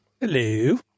Hello